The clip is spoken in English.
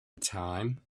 time